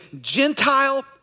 Gentile